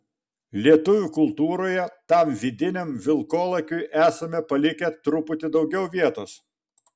lietuvių kultūroje tam vidiniam vilkolakiui esame palikę truputį daugiau vietos